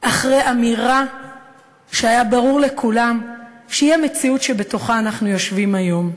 אחרי אמירה שהיה ברור לכולם שהיא המציאות שבתוכה אנחנו יושבים היום,